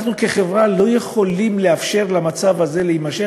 ואנחנו כחברה לא יכולים לאפשר למצב הזה להימשך,